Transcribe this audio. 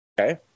Okay